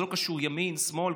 זה לא קשור לימין או לשמאל,